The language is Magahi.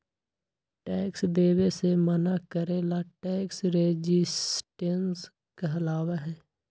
टैक्स देवे से मना करे ला टैक्स रेजिस्टेंस कहलाबा हई